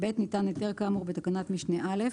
ניתן היתר כאמור בתקנת משנה (א),